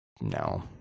no